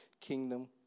kingdom